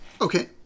Okay